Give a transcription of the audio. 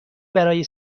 برای